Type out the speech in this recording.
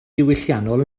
diwylliannol